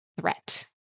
threat